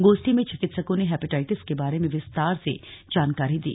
गोष्ठी में चिकित्सकों ने हेपेटाइटस के बारे में विस्तार से जानकारी दी